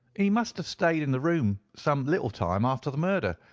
he must have stayed in the room some little time after the murder,